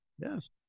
Yes